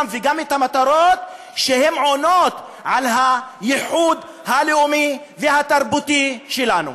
וגם את המטרות שעונות על הייחוד הלאומי והתרבותי שלנו.